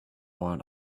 want